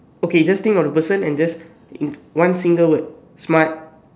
okay just think of the person and just one single world smile